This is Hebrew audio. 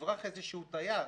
יברח איזשהו תייר,